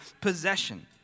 possession